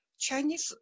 Chinese